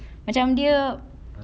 macam dia